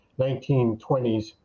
1920s